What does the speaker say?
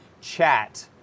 chat